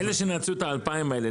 אלה שנעצו את ה-2,000 האלה,